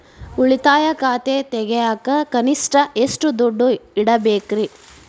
ಉಳಿತಾಯ ಖಾತೆ ತೆಗಿಯಾಕ ಕನಿಷ್ಟ ಎಷ್ಟು ದುಡ್ಡು ಇಡಬೇಕ್ರಿ?